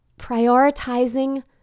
prioritizing